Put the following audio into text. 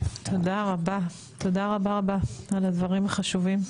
תודה רבה רבה על הדברים החשובים.